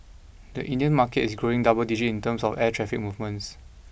the Indian market is growing double digit in terms of air traffic movements